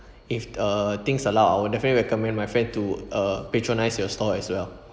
if uh things allow I will definitely recommend my friend to uh patronise your store as well